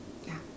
ya